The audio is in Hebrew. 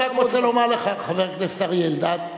אני רק רוצה לומר לך, חבר הכנסת אריה אלדד,